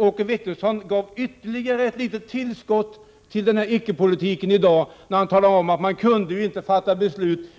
Åke Wictorsson gav ytterligare ett litet tillskott till denna icke-politik när han talade om att man